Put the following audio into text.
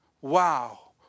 Wow